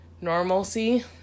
normalcy